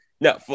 no